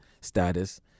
status